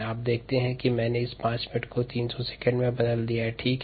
आप देखते हैं कि यहाँ 5 मिनट्स को 300 सेकंड में बदल दिया गया है